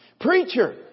preacher